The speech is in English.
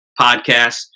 podcast